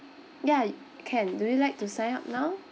ya can do you like to sign up now